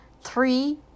Three